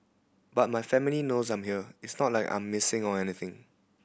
but my family knows I'm here it's not like I'm missing or anything